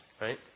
right